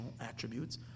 attributes